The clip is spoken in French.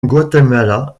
guatemala